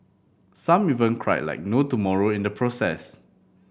some even cried like no tomorrow in the process